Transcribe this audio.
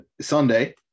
Sunday